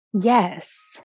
Yes